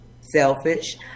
selfish